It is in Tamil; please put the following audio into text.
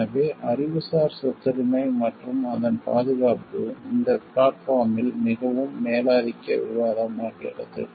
எனவே அறிவுசார் சொத்துரிமை மற்றும் அதன் பாதுகாப்பு இந்த பிளாட்பார்மில் மிகவும் மேலாதிக்க விவாதமாகிறது